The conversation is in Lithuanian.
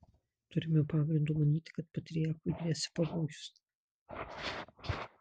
turime pagrindo manyti kad patriarchui gresia pavojus